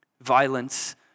Violence